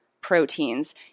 proteins